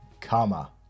karma